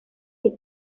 sus